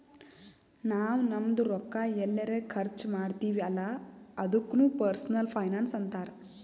ನಾವ್ ನಮ್ದು ರೊಕ್ಕಾ ಎಲ್ಲರೆ ಖರ್ಚ ಮಾಡ್ತಿವಿ ಅಲ್ಲ ಅದುಕ್ನು ಪರ್ಸನಲ್ ಫೈನಾನ್ಸ್ ಅಂತಾರ್